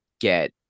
get